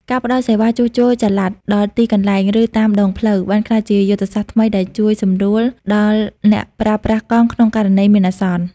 ការផ្តល់សេវាជួសជុលចល័តដល់ទីកន្លែង ឬតាមដងផ្លូវ បានក្លាយជាយុទ្ធសាស្ត្រថ្មីដែលជួយសម្រួលដល់អ្នកប្រើប្រាស់កង់ក្នុងករណីមានអាសន្ន។